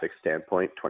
standpoint